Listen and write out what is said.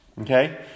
Okay